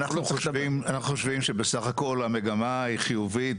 אננו חושבים שבסך הכל המגמה היא חיובית.